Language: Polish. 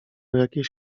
jakieś